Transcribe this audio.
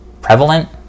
prevalent